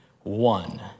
one